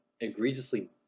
egregiously